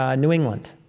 ah new england,